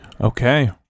Okay